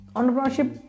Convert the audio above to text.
Entrepreneurship